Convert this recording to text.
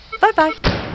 Bye-bye